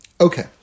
Okay